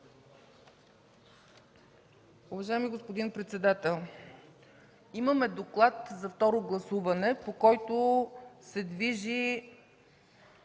Уважаеми господин председател! Имаме доклад за второ гласуване, по който се движи